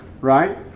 right